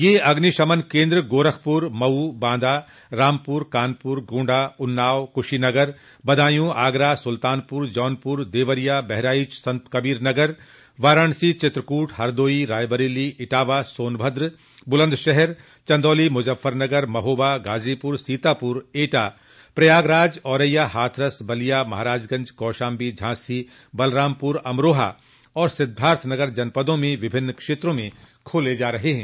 यह अग्निशमन केन्द्र गोरखपुर मऊ बांदा रामपुर कानपुर गोण्डा उन्नाव कुशीनगर बदायूं आगरा सुल्तानपुर जौनपुर देवरिया बहराइच संतकबीरनगर वाराणसी चित्रकूट हरदोई रायबरेली इटावा सोनभद्र बुलन्दशहर चन्दौली मुजफ्फरनगर महोबा गाजीपुर सीतापुर एटा प्रयागराज औरैया हाथरस बलिया महाराजगंज कौशाम्बी झांसी बलरामपुर अमरोहा और सिद्वार्थनगर जनपदों में विभिन्न क्षेत्रों में खोले जा रहे हैं